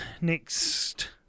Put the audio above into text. next